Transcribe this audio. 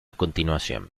continuación